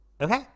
Okay